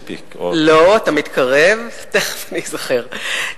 לא, אתה מתקרב, תיכף אני אזכר.